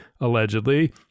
allegedly